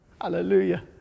Hallelujah